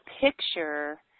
picture